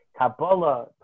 Kabbalah